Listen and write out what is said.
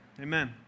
Amen